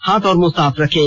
हाथ और मुंह साफ रखें